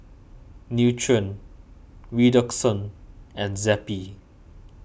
Nutren Redoxon and Zappy